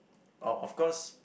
oh of course